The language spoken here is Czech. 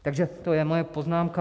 Takže to je moje poznámka.